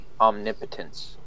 omnipotence